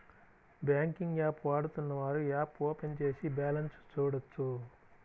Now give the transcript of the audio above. banking app వాడుతున్నవారు app open చేసి balance చూడొచ్చు